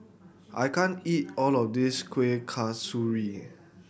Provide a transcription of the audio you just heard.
I can't eat all of this Kuih Kasturi